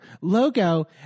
logo